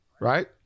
right